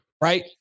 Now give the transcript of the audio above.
right